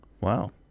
Wow